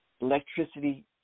electricity